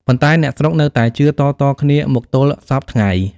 ប៉ុន្តែ អ្នកស្រុកនៅតែជឿតៗគ្នាមកទល់សព្វថ្ងៃ។